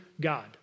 God